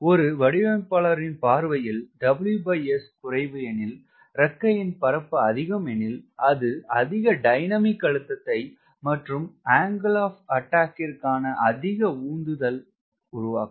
ஒரு வடிவமைப்பாளரின் பார்வையில் WS குறைவு எனில் இறக்கையின் பரப்பு அதிகம் எனில் அது அதிக டைனமிக் அழுத்தத்தை மற்றும் அங்கிள் ஆப் அட்டாக்கிற்கான அதிக உந்துதல் உருவாக்கும்